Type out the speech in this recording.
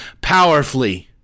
powerfully